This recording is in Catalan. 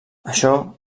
això